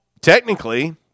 technically